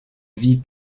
vie